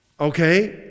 Okay